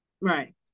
Right